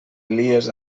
elies